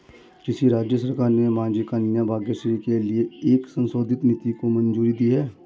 किस राज्य सरकार ने माझी कन्या भाग्यश्री के लिए एक संशोधित नीति को मंजूरी दी है?